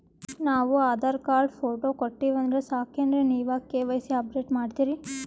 ನಾವು Aadhaar card, photo ಕೊಟ್ಟೀವಂದ್ರ ಸಾಕೇನ್ರಿ ನೀವ ಕೆ.ವೈ.ಸಿ ಅಪಡೇಟ ಮಾಡ್ತೀರಿ?